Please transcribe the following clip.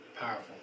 Powerful